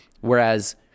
Whereas